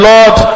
Lord